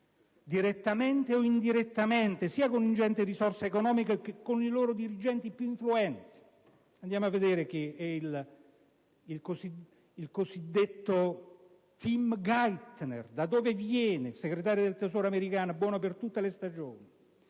direttamente o indirettamente, sia con ingenti risorse economiche che con i loro dirigenti più influenti. Andiamo a vedere da dove viene Timothy Geithner, il Segretario al tesoro americano, buono per tutte le stagioni.